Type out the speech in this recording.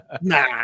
Nah